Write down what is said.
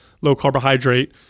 low-carbohydrate